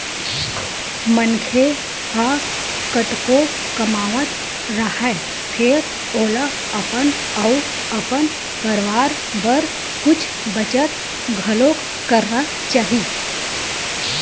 मनखे ह कतको कमावत राहय फेर ओला अपन अउ अपन परवार बर कुछ बचत घलोक करना चाही